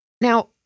now